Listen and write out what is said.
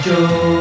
Joe